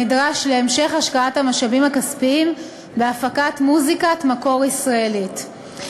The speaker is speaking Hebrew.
הנדרש להמשך השקעת המשאבים הכספיים בהפקת מוזיקת מקור ישראלית.